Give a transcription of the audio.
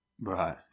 right